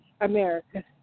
America